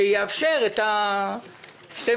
שיאפשר את ה-12%,